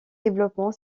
développement